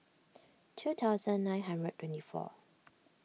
two thousand nine hundred twenty four